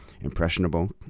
impressionable